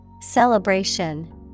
Celebration